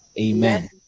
Amen